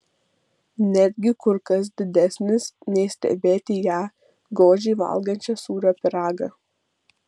netgi kur kas didesnis nei stebėti ją godžiai valgančią sūrio pyragą